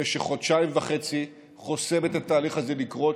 במשך חודשיים וחצי חוסמת את התהליך הזה מלקרות,